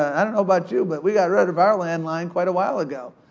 i don't know about you, but we got rid of our landline quite a while ago.